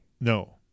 No